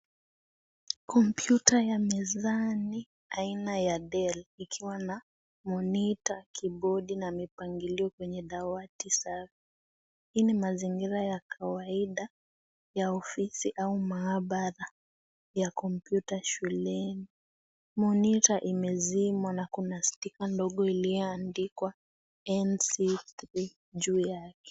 Kompyuta ya mezani aina ya Dell ikiwa na monitor , kibodi na mipangilio kwenye dawati safi hii ni mazingira ya kawaida ya ofisi au maabara ya kompyuta shuleni. Monitor imezimwa na kuna sticker ndogo imeandikwa NC5 juu yake.